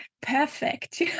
perfect